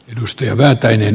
arvoisa puhemies